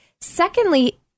Secondly